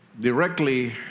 directly